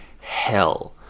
Hell